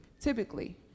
typically